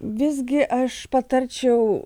visgi aš patarčiau